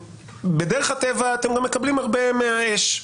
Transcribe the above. בדרך הטבע אתם גם מקבלים הרבה מהאש.